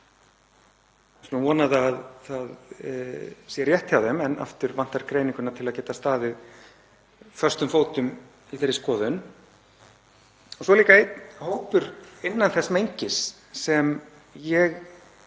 vona að það sé rétt hjá þeim en aftur vantar greininguna til að geta staðið föstum fótum á þeirri skoðun. Síðan er einn hópur innan þess mengis sem ég